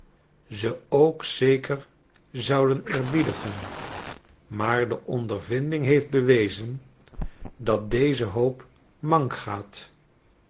ze ook zeker zouden eerbiedigen maar de ondervinding heeft bewezen dat deze hoop mank gaat